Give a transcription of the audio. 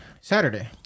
Saturday